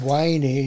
Wayne